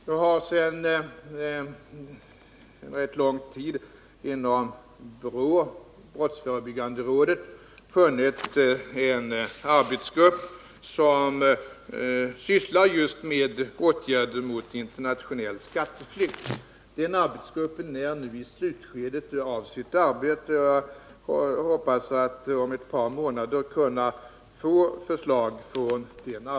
Det har sedan rätt lång tid inom BRÅ — brottsförebyggande rådet — funnits en arbetsgrupp som sysslar just med åtgärder mot internationell skatteflykt. Den arbetsgruppen är nu i slutskedet av sitt arbete, och jag hoppas att om ett par månader få förslag från gruppen.